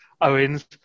Owens